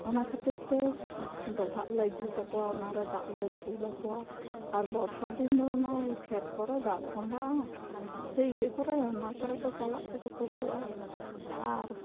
ᱚᱱᱟ ᱠᱷᱟᱹᱛᱤᱨ ᱛᱮ ᱰᱳᱵᱷᱟᱜ ᱞᱮ ᱡᱩᱫ ᱟᱠᱚᱣᱟ ᱚᱱᱟᱨᱮ ᱫᱟᱜ ᱞᱮ ᱫᱩᱞ ᱟᱠᱚᱣᱟ ᱟᱨ ᱵᱚᱨᱥᱟ ᱫᱤᱱ ᱫᱚ ᱚᱱᱟ ᱠᱷᱮᱛ ᱠᱚᱨᱮ ᱫᱟᱜ ᱛᱳᱢᱵᱟᱜᱼᱟ ᱥᱮ ᱤᱭᱟᱹ ᱠᱚᱨᱮ ᱚᱱᱟ ᱠᱚᱨᱮ ᱠᱚ ᱪᱟᱞᱟᱜ ᱛᱮᱠᱚ ᱛᱳᱯᱳᱜᱼᱟ ᱟᱨ